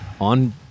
on